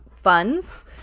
funds